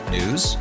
News